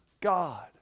God